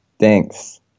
thanks